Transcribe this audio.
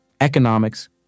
economics